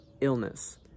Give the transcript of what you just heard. illness